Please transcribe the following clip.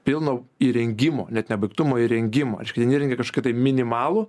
pilno įrengimo net nebaigtumo įrengimo reiškia nėra kažkokie minimalų